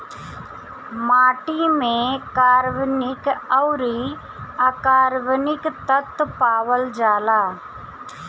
माटी में कार्बनिक अउरी अकार्बनिक तत्व पावल जाला